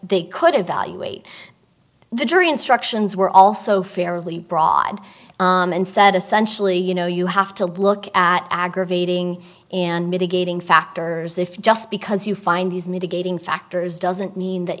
they could evaluate the jury instructions were also fairly broad and said essentially you know you have to look at aggravating and mitigating factors if just because you find these mitigating factors doesn't mean that